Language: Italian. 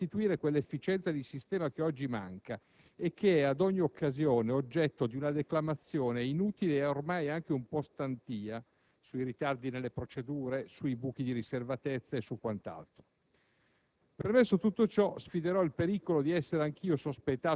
anticamera vera e necessaria, anzi indispensabile, per restituire quell'efficienza di sistema che oggi manca e che è, ad ogni occasione, oggetto di una declamazione inutile e ormai anche un po' stantia sui ritardi nelle procedure, sui buchi di riservatezza e quant'altro,